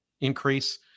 increase